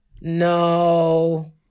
no